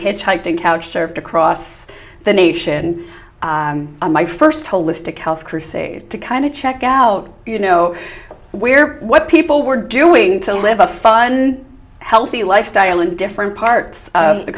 to couch served across the nation on my first holistic health crusade to kind of check out you know where what people were doing to live a fun and healthy lifestyle in different parts of the